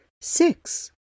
Six